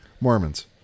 Mormons